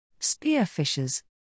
Spearfishers